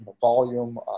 volume